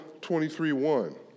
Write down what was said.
23.1